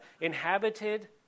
Inhabited